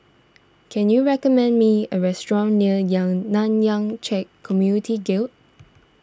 can you recommend me a restaurant near Yang Nanyang Khek Community Guild